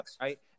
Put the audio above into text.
Right